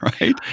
right